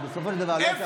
שבסופו של דבר לא יצליח,